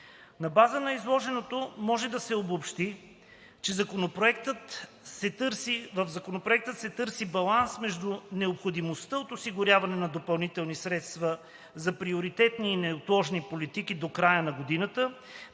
На база на изложеното може да се обобщи, че със Законопроекта се търси баланс между необходимостта от осигуряване на допълнителни средства за приоритетни и неотложни политики до края на годината